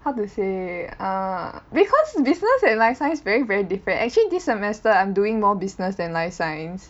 how to say err cause business and life science is very very different actually this semester I'm doing more business than life science